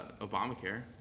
Obamacare